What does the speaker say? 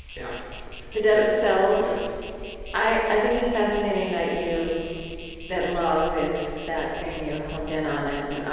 yeah the death of cells? yes i i think it's fascinating that you that love is that thing you honed in on. and